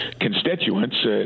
constituents